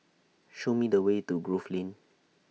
Show Me The Way to Grove Lane